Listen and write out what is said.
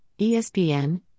ESPN